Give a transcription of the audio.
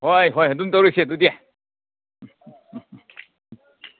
ꯍꯣꯏ ꯍꯣꯏ ꯑꯗꯨꯝ ꯇꯧꯔꯁꯤ ꯑꯗꯨꯗꯤ